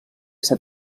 ser